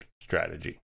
strategy